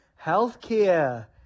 healthcare